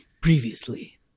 Previously